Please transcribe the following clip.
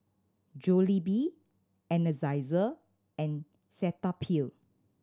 Jollibee Energizer and Cetaphil